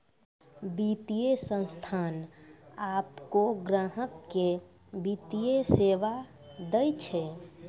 वित्तीय संस्थान आपनो ग्राहक के वित्तीय सेवा दैय छै